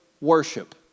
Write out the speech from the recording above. worship